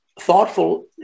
thoughtful